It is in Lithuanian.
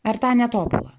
ar tą netobulą